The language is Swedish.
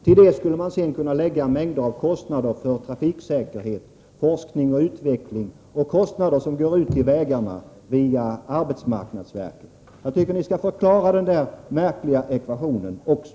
Till detta skulle man sedan kunna lägga en mängd kostnader för trafiksäkerhet, forskning och utveckling och kostnader till vägarna som går via arbetsmarknadsverket. Jag tycker att ni skall klara ut denna märkliga ekvation också.